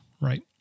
right